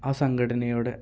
ആ സംഘടനയുടെ